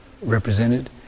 represented